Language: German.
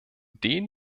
den